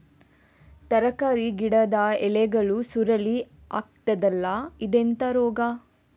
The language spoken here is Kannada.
ತರಕಾರಿ ಗಿಡದ ಎಲೆಗಳು ಸುರುಳಿ ಆಗ್ತದಲ್ಲ, ಇದೆಂತ ರೋಗ?